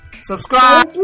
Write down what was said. Subscribe